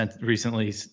recently